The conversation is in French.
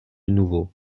nouveau